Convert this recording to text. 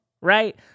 right